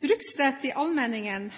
Bruksrett i allmenningene